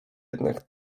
jednak